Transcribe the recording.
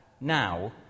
now